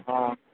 ହଁ